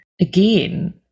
again